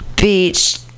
Beach